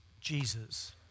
Jesus